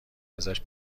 ازش